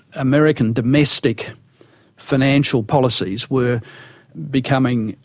american domestic financial policies were becoming,